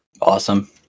Awesome